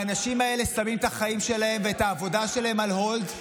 האנשים האלה שמים את החיים שלהם ואת העבודה שלהם על hold.